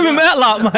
and matlock, ah